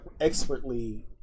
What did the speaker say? expertly